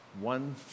one